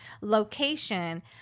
location